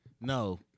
No